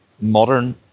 modern